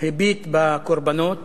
הביט בקורבנות